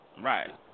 Right